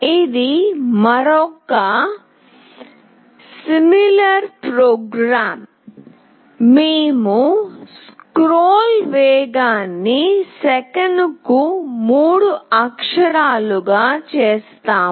ఇది మరొక ప్రోగ్రామ్ సారూప్య ప్రోగ్రామ్ మేము స్క్రోల్ వేగాన్ని సెకనుకు 3 అక్షరాలుగా చేసాము